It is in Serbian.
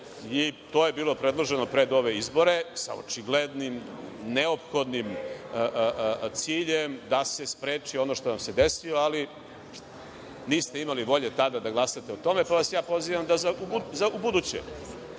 i to je bilo predloženo pred ove izbore, sa očiglednim neophodnim ciljem da se spreči ono što nam se desilo, ali, niste imali volje tada da glasate o tome, pa vas ja pozivam da za ubuduće